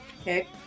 Okay